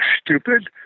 stupid